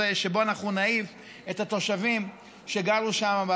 שבו אנחנו נעיף את התושבים שגרו שם?